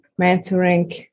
mentoring